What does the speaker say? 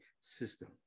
system